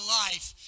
life